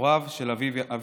הוריו של אבי,